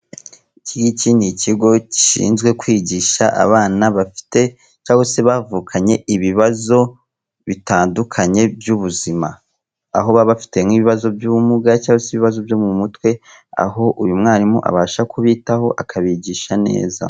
Iki ngiki ni ikigo gishinzwe kwigisha abana bafite cyangwa se bavukanye ibibazo bitandukanye by'ubuzima. Aho baba bafite nk'ibibazo by'ubumuga cyangwa se ibibazo byo mu mutwe, aho uyu mwarimu abasha kubitaho, akabigisha neza.